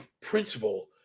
principle